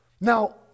Now